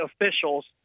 officials